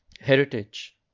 heritage